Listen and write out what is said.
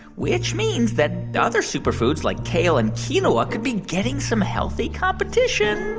which means that other superfoods like kale and quinoa could be getting some healthy competition.